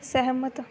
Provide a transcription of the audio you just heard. ਸਹਿਮਤ